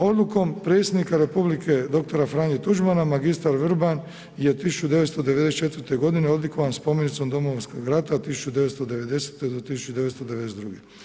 Odlukom Predsjednika Republike dr. Franje Tuđmana mr. Vrban je 1994. g. odlikovan Spomenicom Domovinskog rata od 1990. do 1992.